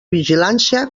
vigilància